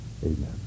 Amen